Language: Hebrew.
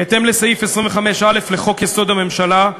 בהתאם לסעיף 25(א) לחוק-יסוד: הממשלה,